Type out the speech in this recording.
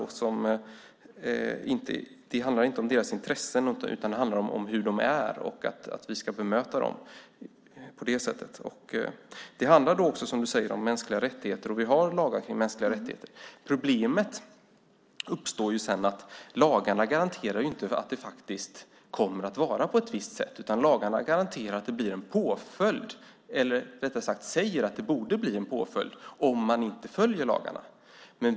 Det handlar inte om deras intressen, utan det handlar om hur de är och att vi ska bemöta dem på det sättet. Det handlar också, som du säger, om mänskliga rättigheter. Vi har lagar om mänskliga rättigheter. Problemet uppstår sedan. Lagarna garanterar inte att det kommer att vara på ett visst sätt. Lagarna garanterar att det blir en påföljd, eller, rättare sagt, säger att det borde bli en påföljd om man inte följer lagarna.